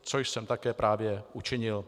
Což jsem také právě učinil.